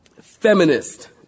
Feminist